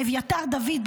אביתר דוד,